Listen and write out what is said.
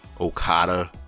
Okada